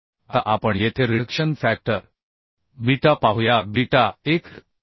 आता आपण येथे रिडक्शन फॅक्टर बीटा पाहूया बीटा 1